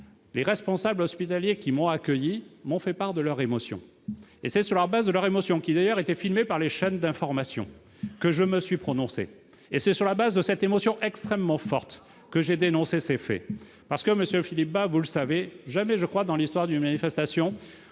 les responsables hospitaliers qui m'ont accueilli m'ont fait part de leur émotion. C'est sur la base de leur émotion, filmée par les chaînes d'information, que je me suis prononcé. C'est sur la base de cette émotion extrêmement forte que j'ai dénoncé ces faits. Monsieur Bas, jamais, je crois, dans l'histoire d'une manifestation,